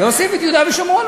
להוסיף את יהודה ושומרון,